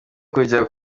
kujya